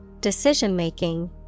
decision-making